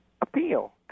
appeal